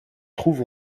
trouve